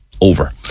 over